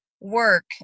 work